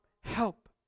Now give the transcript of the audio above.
help